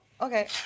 okay